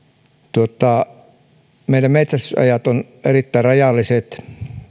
meidän metsästysaikamme ovat erittäin rajalliset